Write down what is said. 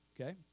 okay